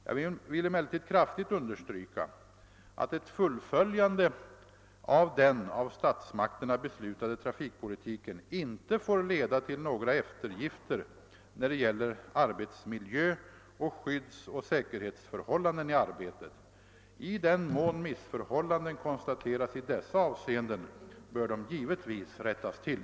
Jag vill emellertid kraftigt understryka att ett fullföljande av den av statsmakterna beslutade trafikpolitiken inte får leda till några eftergifter när det gäller arbetsmiljö och skyddsoch säkerhetsförhållanden i arbetet. I den mån missförhållanden konstateras i dessa avseenden bör de givetvis rättas till.